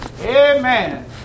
Amen